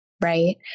right